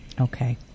Okay